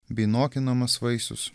bei nokinamas vaisius